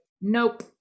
nope